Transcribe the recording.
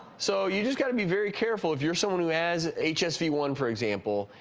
so you just gotta be very careful if you're someone who has hsv one, for example,